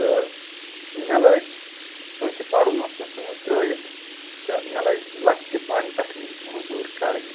تہٕ مےٚ لٲج چونٛکہِ پرُن اوس مےٚ ژھنمُت ترٛٲیِتھ تہٕ مےٚ لٲج لکٹہِ پانہٕ پٮ۪ٹھٕے موضوٗرۍ کرٕنۍ